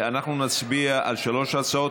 אנחנו נצביע על שלוש הצעות,